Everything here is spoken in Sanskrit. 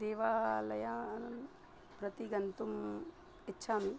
देवालयान् प्रति गन्तुम् इच्छामि